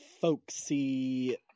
folksy